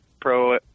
Pro